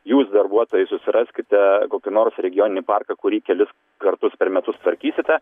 jūs darbuotojai susiraskite kokį nors regioninį parką kurį kelis kartus per metus tvarkysite